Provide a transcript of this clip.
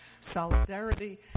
solidarity